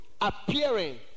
appearing